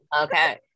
Okay